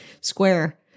square